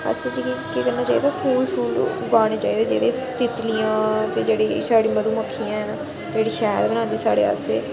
अस जेह्ड़ी केह् करना चाहिदा फूल शूल उगाने चाहिदे जेह्ड़े तितलियां जेह्ड़ी साढ़ी मधु मक्खियां हैन जेह्ड़ी शैल न साढ़े आस्तै